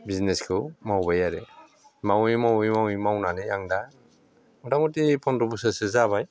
बिजिनेसखौ मावबाय आरो मावै मावै मावै मावनानै आंदा मथा मथि फन्द्र' बोसोरसो जाबाय